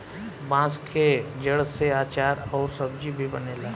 बांस के जड़ से आचार अउर सब्जी भी बनेला